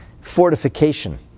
fortification